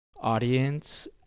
audience